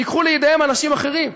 ייקחו לידיהם אנשים אחרים.